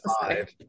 five